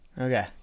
Okay